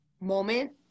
moment